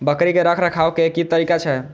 बकरी के रखरखाव के कि तरीका छै?